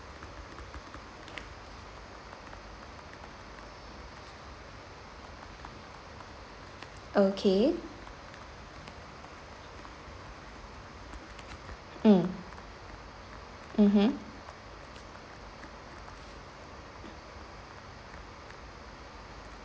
okay mm mmhmm